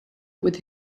with